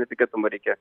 netikėtumą reikia